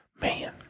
man